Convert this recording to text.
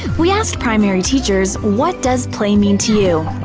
we asked primary teachers, what does play mean to you?